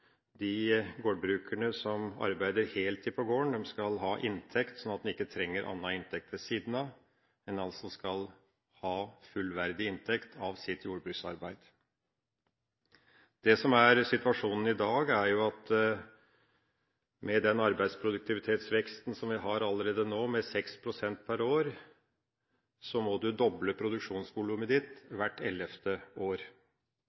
de gårdbrukerne som arbeider heltid på gården, skal ha en inntekt som gjør at en ikke trenger annen inntekt ved siden av, men ha fullverdig inntekt av sitt jordbruksarbeid. Det som er situasjonen i dag, er at med den arbeidsproduktivitetsveksten som vi har allerede nå, på 6 pst. per år, må en doble produksjonsvolumet hvert ellevte år.